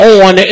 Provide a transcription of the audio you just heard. on